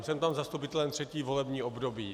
Jsem tam zastupitelem třetí volební období.